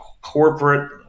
corporate